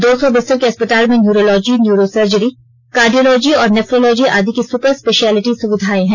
दो सौ बिस्तर के अस्पताल में न्यूअरोलॉजी न्यूरो सर्जरी कार्डियोलॉजी और नैफ्रोलॉजी आदि की सुपर स्पेमशियलिटी सुविधाएं हैं